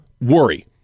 worry